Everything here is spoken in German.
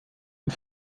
und